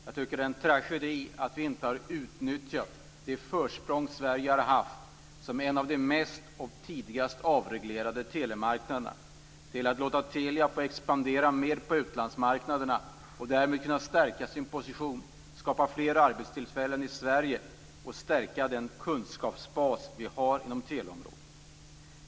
Jag tycker att det är en tragedi att vi inte har utnyttjat det försprång som Sverige har haft som en av de mest och tidigast avreglerade telemarknaderna till att låta Telia expandera mer på utlandsmarknaderna och därmed kunna stärka sin position, skapa fler arbetstillfällen i Sverige och stärka den kunskapsbas som vi har inom teleområdet.